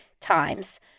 times